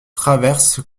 traverse